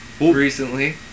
recently